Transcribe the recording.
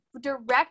direct